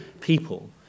people